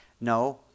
No